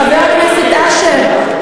חבר הכנסת אשר,